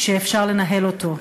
שאפשר לנהל אותו.